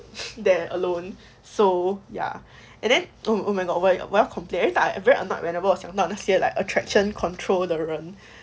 there alone so ya and then oh oh my god oh my god 我要 complain every time I very annoyed whenever 我想到那些 like attraction control 的人